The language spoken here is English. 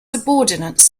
subordinates